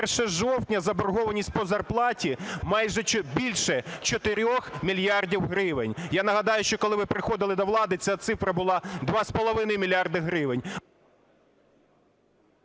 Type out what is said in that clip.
1 жовтня заборгованість по зарплаті більше 4 мільярдів гривень. Я нагадаю, що коли ви приходили до влади, ця цифра була 2,5 мільярда гривень.